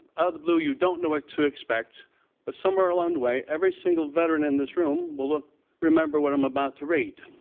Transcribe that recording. out of the blue you don't know what to expect but somewhere along the way every single veteran in this room will remember what i'm about to read.